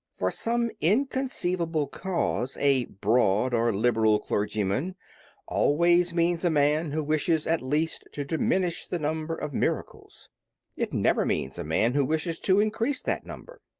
for some inconceivable cause a broad or liberal clergyman always means a man who wishes at least to diminish the number of miracles it never means a man who wishes to increase that number.